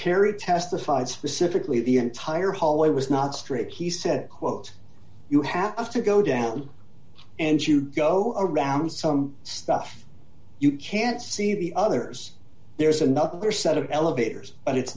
tara testified specifically the entire hallway was not straight he said quote you have to go down and you go around some stuff you can't see the others there's another set of elevators and it's